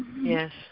Yes